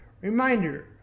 Reminder